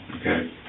Okay